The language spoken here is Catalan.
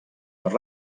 per